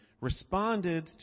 responded